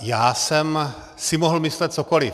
Já jsem si mohl myslet cokoliv.